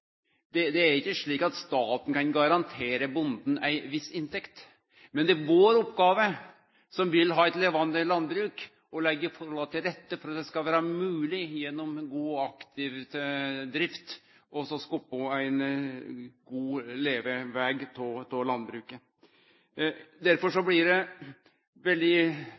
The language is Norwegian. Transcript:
lønnsoppgjer. Det er ikkje slik at staten kan garantere bonden ei viss inntekt. Men det er vår oppgåve, som vil ha eit levande landbruk, å leggje forholda til rette for at det skal vere mogleg gjennom god og aktiv drift å skape ein god leveveg av landbruket. Derfor blir det veldig